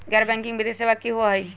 गैर बैकिंग वित्तीय सेवा की होअ हई?